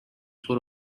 for